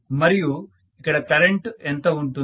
మరియు ఇక్కడ కరెంటు ఎంత ఉంటుంది